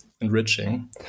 enriching